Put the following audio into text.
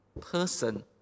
person